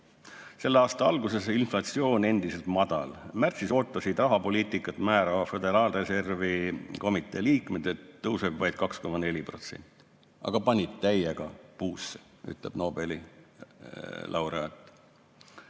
Selle aasta alguses oli inflatsioon endiselt madal. Märtsis eeldasid rahapoliitikat määrava Föderaalreservi komitee liikmed, et tõuseb vaid 2,4%, aga nad panid täiega puusse, ütleb Nobeli laureaat.